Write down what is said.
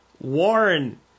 Warren